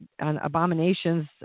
abominations